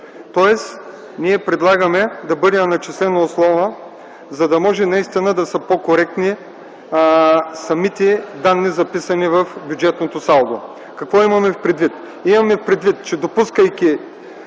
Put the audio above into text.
основа. Ние предлагаме да бъде на начислена основа, за да може наистина да са по-коректни самите данни, записани в бюджетното салдо. Какво имаме предвид? Имаме предвид, че допускайки